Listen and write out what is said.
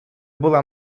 була